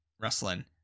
wrestling